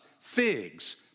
figs